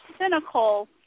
cynical